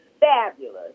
fabulous